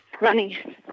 running